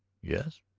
yes.